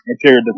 interior